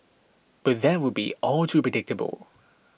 but that would be all too predictable